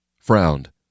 frowned